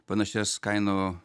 panašias kainų